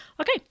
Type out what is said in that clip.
Okay